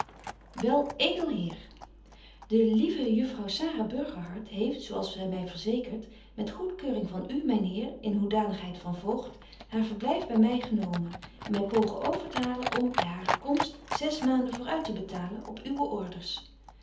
wel edel heer de lieve juffrouw sara burgerhart heeft zo als zy my verzekert met goedkeuring van u myn heer in hoedanigheid van voogd haar verblyf by my genomen en my pogen over te halen om by hare komst zes maanden voor uit te betalen op uwe orders